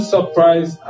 surprise